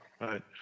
right